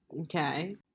okay